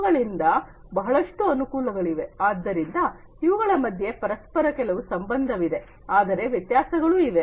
ಇವುಗಳಿಂದ ಬಹಳಷ್ಟು ವ್ಯವಸ್ಥೆಗಳ ಅನುಕೂಲಗಳಿವೆ ಆದ್ದರಿಂದ ಇವುಗಳ ಮಧ್ಯೆ ಪರಸ್ಪರ ಕೆಲವು ಸಂಬಂಧವಿದೆ ಆದರೆ ವ್ಯತ್ಯಾಸಗಳೂ ಇದೆ